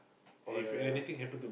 oh ya ya ya